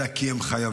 אלא כי הם חייבים.